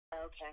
Okay